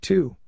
Two